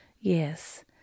Yes